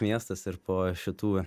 miestas ir po šitų